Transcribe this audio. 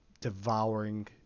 devouring